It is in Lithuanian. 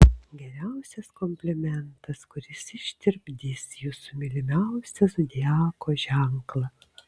geriausias komplimentas kuris ištirpdys jūsų mylimiausią zodiako ženklą